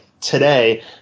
today